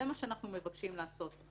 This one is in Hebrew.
זה מה שאנחנו מבקשים לעשות.